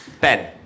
Ben